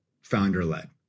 founder-led